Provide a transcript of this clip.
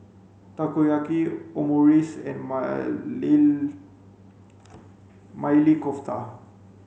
Takoyaki Omurice and Maili Kofta